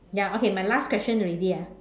ya okay my last question already ah